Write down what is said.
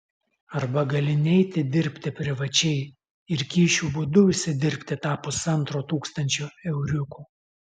arba gali neiti dirbti privačiai ir kyšių būdu užsidirbti tą pusantro tūkstančio euriukų